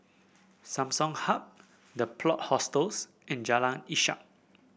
Samsung Hub The Plot Hostels and Jalan Ishak